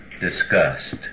discussed